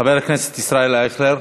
חבר הכנסת ישראל אייכלר,